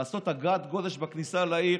לעשות אגרת גודש בכניסה לעיר,